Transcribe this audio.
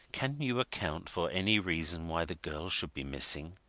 can you account for any reason why the girl should be missing?